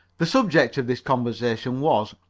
the subject of this conversation was,